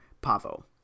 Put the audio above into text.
Pavo